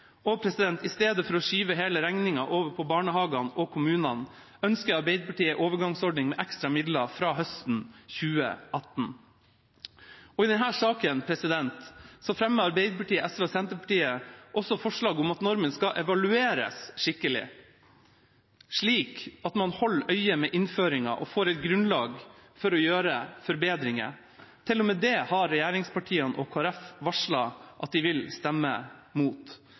og barnehagene øker. I stedet for å skyve hele regningen over på barnehagene og kommunene ønsker Arbeiderpartiet en overgangsordning med ekstra midler fra høsten 2018. I denne saken fremmer Arbeiderpartiet, SV og Senterpartiet også forslag om at normen skal evalueres skikkelig, slik at man holder øye med innføringen og får et grunnlag for å gjøre forbedringer. Til og med det har regjeringspartiene og Kristelig Folkeparti varslet at de vil stemme